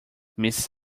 miss